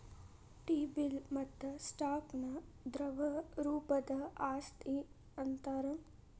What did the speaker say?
T bill ಮತ್ತ stock ನ ದ್ರವ ರೂಪದ್ ಆಸ್ತಿ ಅಂತಾರ್